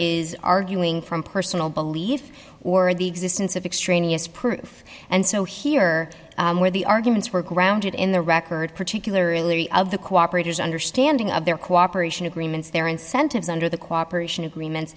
is arguing from personal belief or the existence of extraneous proof and so here where the arguments were grounded in the record particularly of the cooperators understanding of their cooperation agreements their incentives under the cooperation agreements